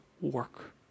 work